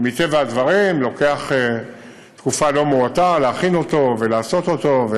שמטבע הדברים לוקח תקופה לא מועטה להכין אותו ולעשות אותו.